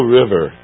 river